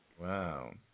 Wow